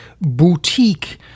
boutique